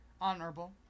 honorable